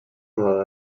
nord